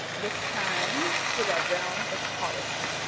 this time to the realm of policy.